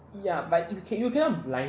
ya but like you cannot blind